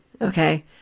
Okay